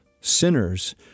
sinners